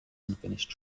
unfinished